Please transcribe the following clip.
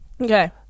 okay